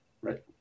Right